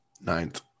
Ninth